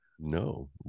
no